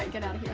and get out